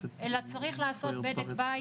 אלא צריך לעשות בדק בית,